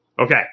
Okay